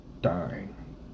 dying